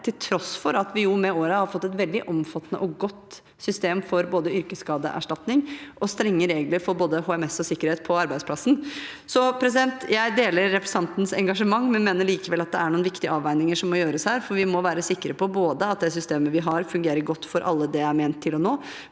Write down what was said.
til tross for at vi med årene har fått et veldig omfattende og godt system for yrkesskadeerstatning og strenge regler for HMS på arbeidsplassen. Jeg deler representantens engasjement, men mener likevel det er noen viktige avveininger som må gjøres her. Vi må være sikre på at det systemet vi har, fungerer godt for alle det er ment å nå,